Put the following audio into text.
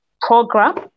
program